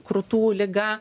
krūtų liga